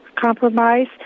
compromise